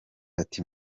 ati